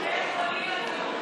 בתי החולים הציבוריים.